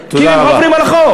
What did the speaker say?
כי הם עוברים על החוק.